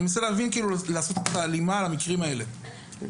אני מנסה לעשות הלימה למקרים האלה.